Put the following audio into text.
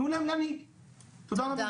תודה רבה.